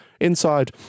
inside